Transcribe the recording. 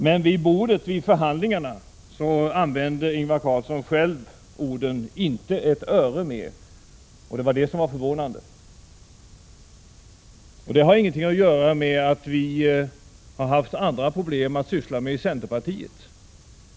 Men vid förhandlingsbordet använde Ingvar Carlsson själv orden: inte ett öre mera. Det var förvånande. Det har ingenting att göra med att vi har haft andra problem att syssla med i centerpartiet.